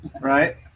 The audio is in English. right